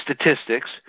statistics